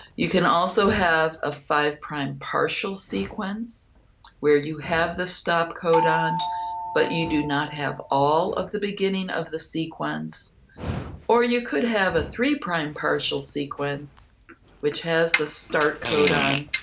you can also have a five-prime partial sequence where you have the stop codon but you do not have all of the beginning of the sequence or you could have a three-prime partial sequence which has the start codon,